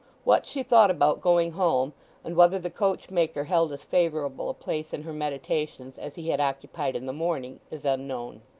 what she thought about, going home and whether the coach-maker held as favourable a place in her meditations as he had occupied in the morning, is unknown.